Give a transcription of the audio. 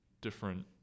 different